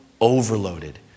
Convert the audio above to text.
overloaded